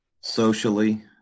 socially